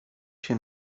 się